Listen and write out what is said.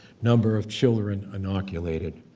number of children inoculated.